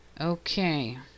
Okay